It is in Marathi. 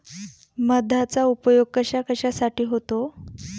मधाचा उपयोग कशाकशासाठी होतो?